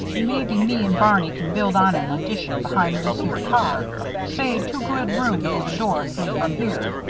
maybe me and barney can build on an addition behind this here car say two good rooms with a door through from here.